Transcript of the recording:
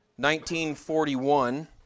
1941